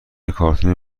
کارتون